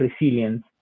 resilience